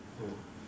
mm